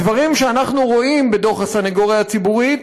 הדברים שאנחנו רואים בדוח הסנגוריה הציבורית